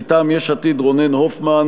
מטעם יש עתיד: רונן הופמן.